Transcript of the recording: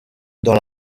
dans